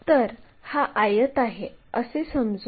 तर हा आयत आहे असे समजू